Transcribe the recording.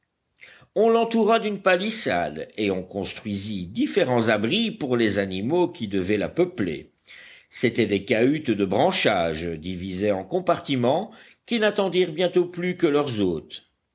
on l'entoura d'une palissade et on construisit différents abris pour les animaux qui devaient la peupler c'étaient des cahutes de branchages divisées en compartiments qui n'attendirent bientôt plus que leurs hôtes